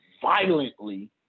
violently